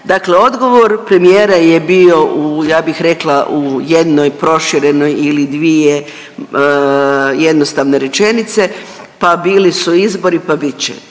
dakle odgovor premijera je bio u, ja bih rekla u jednoj proširenoj ili dvije jednostavne rečenice, pa bili su izbori, pa bit će.